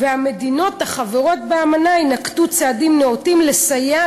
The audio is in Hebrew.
והמדינות החברות באמנה ינקטו צעדים נאותים לסייע